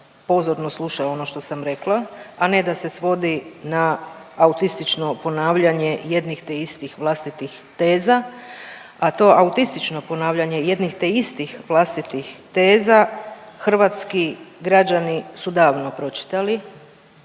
pozorno sluša ono što sam rekla, a ne da svodi na autistično ponavljanje jednih te istih vlastitih teza. A to autistično ponavljanje jednih te istih vlastitih teza, hrvatski građani su davno pročitali.